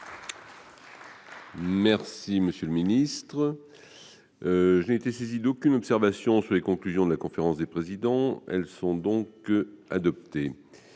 en son sein. Je n'ai été saisi d'aucune observation sur les conclusions de la conférence des présidents. Elles sont donc adoptées.